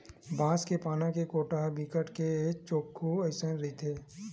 बांस के पाना के कोटा ह बिकट के चोक्खू अइसने रहिथे